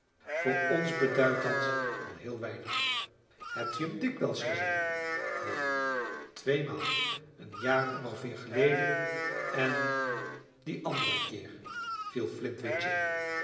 voor ons beduidt dat al heel weinig hebt u hem dikwijls gezien neen tweemaal een jaar ongeveer geleden en dien anderen keer viel flintwinch in